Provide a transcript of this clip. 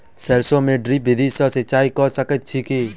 सैरसो मे ड्रिप विधि सँ सिंचाई कऽ सकैत छी की?